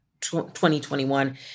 2021